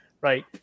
right